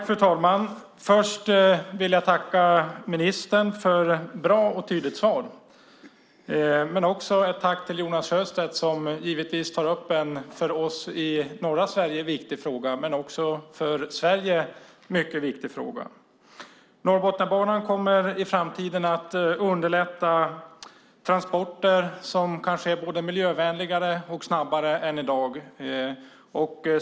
Fru talman! Först vill jag tacka ministern för ett bra och tydligt svar. Jag vill också rikta ett tack till Jonas Sjöstedt som tar upp en fråga som givetvis är viktig för oss i norra Sverige, men det är också en mycket viktig fråga för Sverige. Norrbotniabanan kommer i framtiden att underlätta transporter som kanske är både miljövänligare och snabbare än i dag.